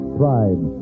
pride